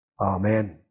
Amen